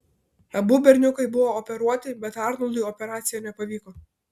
abu berniukai buvo operuoti bet arnoldui operacija nepavyko